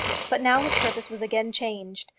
but now his purpose was again changed.